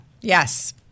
Yes